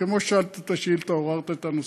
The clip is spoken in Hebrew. כמו ששאלת את השאילתה ועוררת את הנושא,